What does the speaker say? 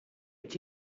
est